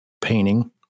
painting